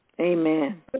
Amen